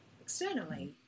externally